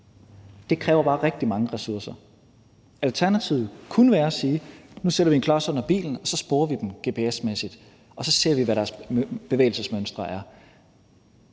det kræver bare rigtig mange ressourcer. Alternativet kunne være at sige: Nu sætter vi en klods under bilen, og så sporer vi dem gps-mæssigt, og så ser vi, hvad deres bevægelsesmønstre er.